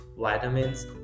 vitamins